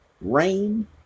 rain